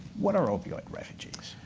what are opioid refugees?